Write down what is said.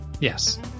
Yes